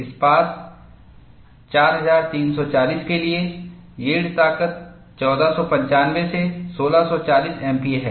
इस्पात 4340 के लिए यील्ड ताकत 1495 से 1640 एमपीए है